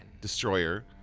destroyer